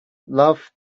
love